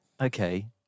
Okay